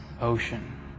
ocean